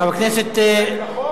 לפי החוק, חרם על מעלה-אדומים נגד החוק?